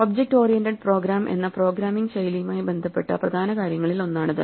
object oriented program എന്ന programming ശൈലിയുമായി ബന്ധപ്പെട്ട പ്രധാന കാര്യങ്ങളിൽ ഒന്നാണിത്